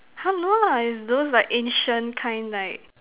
!huh! no lah it's those like ancient kind like